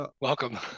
welcome